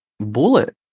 Bullet